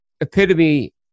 epitome